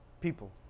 people